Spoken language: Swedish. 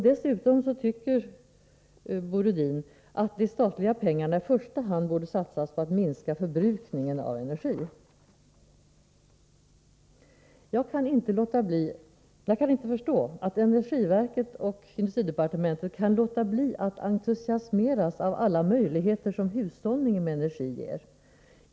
Dessutom tycker Bo Rydin att de statliga pengarna i första hand borde satsas på att minska förbrukningen av energi. Jag kan inte förstå att energiverket och industridepartementet kan låta bli att entusiasmeras av alla möjligheter som hushållningen med energi ger.